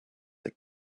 the